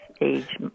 age